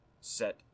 set